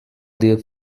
their